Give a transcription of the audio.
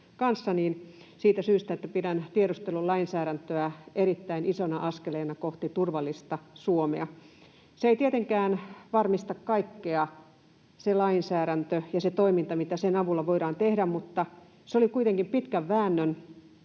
Siitä syystä, että pidän tiedustelulainsäädäntöä erittäin isona askeleena kohti turvallista Suomea. Se lainsäädäntö ja se toiminta, mitä sen avulla voidaan tehdä, ei tietenkään